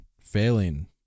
failing